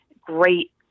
great